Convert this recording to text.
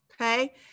okay